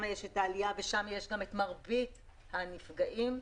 אנחנו רואים את מרבית הנפגעים.